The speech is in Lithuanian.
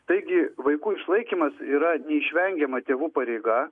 taigi vaikų išlaikymas yra neišvengiama tėvų pareiga